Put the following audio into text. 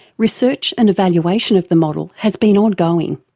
research and evaluation of the model has been ongoing.